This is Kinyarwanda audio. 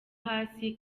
hasi